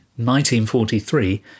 1943